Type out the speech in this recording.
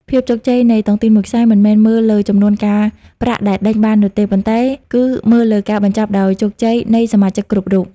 ភាពជោគជ័យនៃតុងទីនមួយខ្សែ មិនមែនមើលលើចំនួនការប្រាក់ដែលដេញបាននោះទេ ប៉ុន្តែគឺមើលលើ "ការបញ្ចប់ដោយជោគជ័យ" នៃសមាជិកគ្រប់រូប។